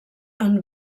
han